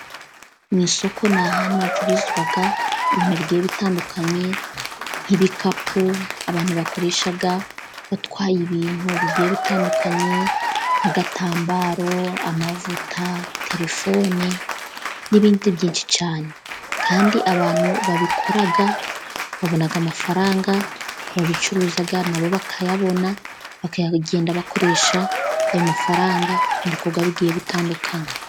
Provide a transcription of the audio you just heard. Mu isoko ni ahantu hacururizwa ibintu bigiye bitandukanye, nk'ibikapu abantu bakoresha batwaye ibintu bigiye bitandukanye, nk'agatambaro, amavuta, telefoni n'ibindi byinshi cyane, kandi abantu babikora babona amafaranga, ababicuruza na bo bakayabona, bakagenda bakoresha ayo mafaranga mu bikorwa bigiye bitandukanye.